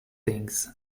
things